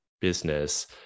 business